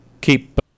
keep